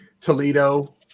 Toledo